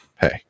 hey